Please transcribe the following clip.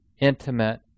intimate